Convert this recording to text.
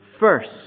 first